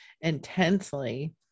intensely